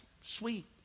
Sweet